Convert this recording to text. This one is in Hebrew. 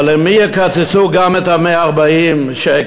אבל למי יקצצו גם את ה-140 שקל?